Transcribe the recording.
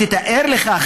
תאר לך,